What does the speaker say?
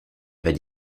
avait